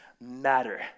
matter